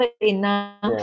enough